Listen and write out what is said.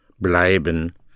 bleiben